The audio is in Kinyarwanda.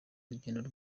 rugendo